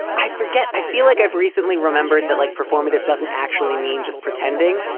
i forget. i feel like i've recently remembered that like performative doesn't actually mean just pretending.